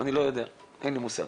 אני לא יודע ואין לי מושג.